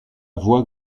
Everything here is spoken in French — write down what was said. voix